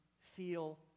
feel